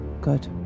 Good